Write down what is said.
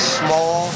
small